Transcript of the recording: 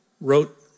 wrote